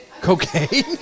Cocaine